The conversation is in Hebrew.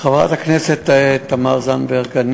חברת הכנסת תמר זנדברג,